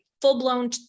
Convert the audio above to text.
Full-blown